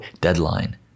deadline